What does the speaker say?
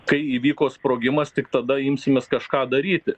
kai įvyko sprogimas tik tada imsimės kažką daryti